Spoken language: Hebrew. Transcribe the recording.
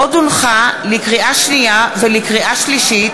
כי הונחו היום על שולחן הכנסת,